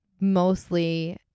mostly